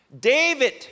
David